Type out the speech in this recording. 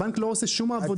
הבנק לא עושה שום עבודה.